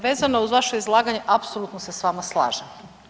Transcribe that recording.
Vezano uz vaše izlaganje, apsolutno se s vama slažem.